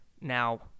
Now